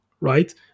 right